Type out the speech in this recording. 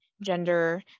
gender